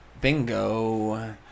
Bingo